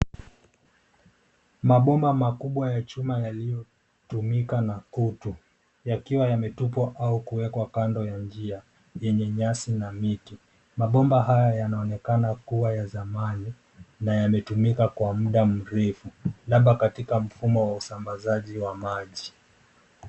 Mabomba makubwa ya chuma yaliyotumika na kutu yakiwa yametupwa au kuwekwa kando ya njia yenye nyasi na miti. Mabomba haya yanaonekana kuwa ya zamani na yametumika kwa mda mrefu labda katika mfumo usambazaji wa maji.